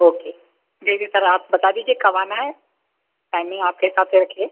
okay जी जी sir आप बता दीजिए कब आना है टाइमिंग आपके हिसाब से रखिए